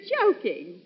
joking